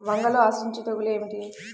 వంగలో ఆశించు తెగులు ఏమిటి?